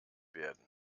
werden